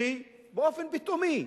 שבאופן פתאומי,